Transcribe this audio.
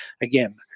Again